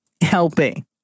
helping